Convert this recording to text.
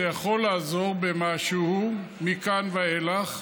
זה יכול לעזור במשהו מכאן ואילך,